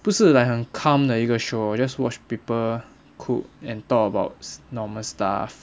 不是 like 很 calm 的一个 show just watch people cook and talk about normal stuff